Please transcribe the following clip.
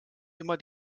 immer